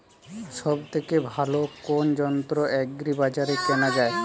সব থেকে ভালো কোনো যন্ত্র এগ্রি বাজারে কেনা যায়?